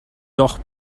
doch